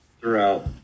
throughout